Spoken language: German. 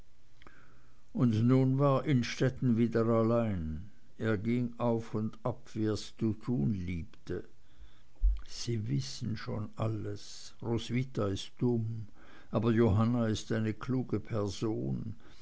und nun war innstetten wieder allein er ging auf und ab wie er's zu tun liebte sie wissen schon alles roswitha ist dumm aber johanna ist eine kluge person